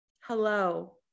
Hello